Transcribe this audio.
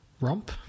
Romp